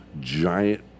giant